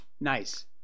Nice